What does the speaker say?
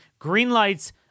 greenlights